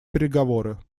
переговоры